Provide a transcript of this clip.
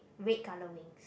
red color wings